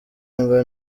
ngo